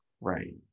Right